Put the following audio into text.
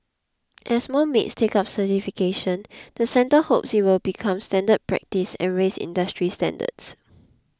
as more maids take up certification the centre hopes it will become standard practice and raise industry standards